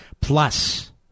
Plus